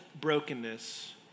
brokenness